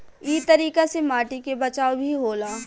इ तरीका से माटी के बचाव भी होला